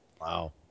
Wow